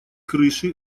крыши